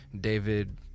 David